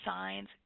signs